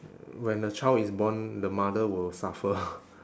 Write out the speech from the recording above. when the child is born the mother will suffer